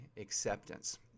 acceptance